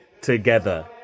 together